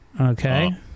Okay